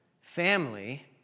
Family